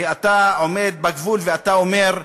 ואתה עומד בגבול ואתה אומר,